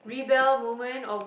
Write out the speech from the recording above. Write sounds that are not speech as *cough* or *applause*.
*breath*